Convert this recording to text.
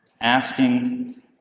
asking